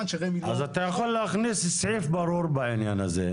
אז אתה יכול להכניס סעיף ברור בעניין הזה,